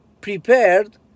prepared